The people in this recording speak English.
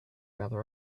gather